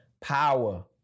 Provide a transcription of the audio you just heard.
Power